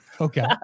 Okay